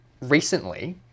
recently